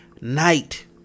night